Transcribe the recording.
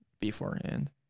beforehand